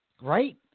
Right